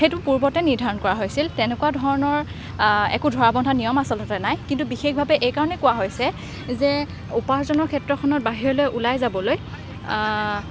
সেইটো পূৰ্বতে নিৰ্ধাৰণ কৰা হৈছিল তেনেকুৱা ধৰণৰ একো ধৰা বন্ধা নিয়ম আচলতে নাই কিন্তু বিশেষভাৱে এইকাৰণে কোৱা হৈছে যে উপাৰ্জনৰ ক্ষেত্ৰত বাহিৰলৈ ওলাই যাবলৈ